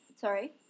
sorry